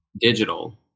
digital